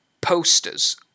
posters